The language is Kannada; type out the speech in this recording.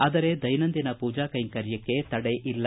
ಆದರೆ ದೈನಂದಿನ ಪೂಜಾ ಕೈಂಕರ್ಯಕ್ಕೆ ತಡೆ ಇಲ್ಲ